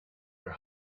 her